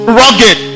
rugged